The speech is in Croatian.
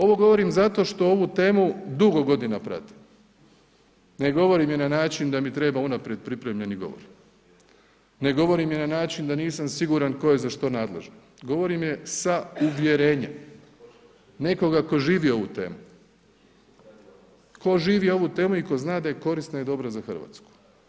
Ovo govorim zato što ovu temu dugo godina pratim, ne govorim je na način da mi treba unaprijed pripremljen govor, ne govorim je na način da nisam siguran tko je za što nadležan, govorim je s uvjerenjem nekoga tko živi ovu temu, tko živi ovu temu i tko zna da je korisna i dobra za Hrvatsku.